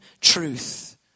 truth